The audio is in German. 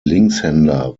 linkshänder